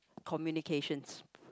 communications